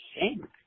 Shame